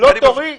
לא תורי.